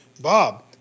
Bob